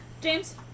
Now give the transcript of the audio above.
James